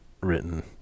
written